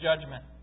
judgment